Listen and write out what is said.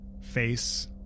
face